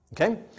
Okay